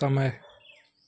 समय